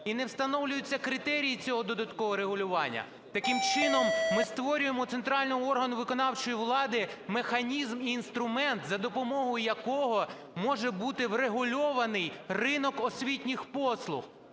І не встановлюються критерії цього додаткового регулювання. Таким чином ми створюємо центральний орган виконавчої влади механізм і інструмент, за допомогою якого може бути врегульований ринок освітніх послуг